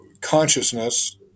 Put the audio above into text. consciousness